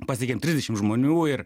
pasiekėm trisdešim žmonių ir